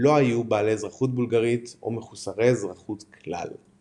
לא היו בעלי אזרחות בולגרית או מחוסרי אזרחות כלל.